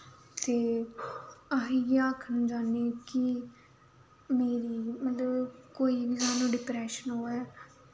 ते अस इ'यै आखना चाहन्ने आं कि मेरी मतलब कोई बी सानूं डिप्रैशन होऐ